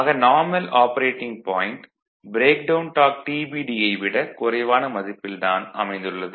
ஆக normal operating point breakdown torque TBD யை விட குறைவான மதிப்பில் தான் அமைந்துள்ளது